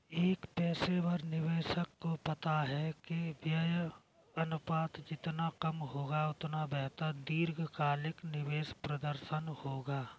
एक पेशेवर निवेशक को पता है कि व्यय अनुपात जितना कम होगा, उतना बेहतर दीर्घकालिक निवेश प्रदर्शन होगा